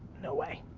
no way.